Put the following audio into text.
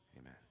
Amen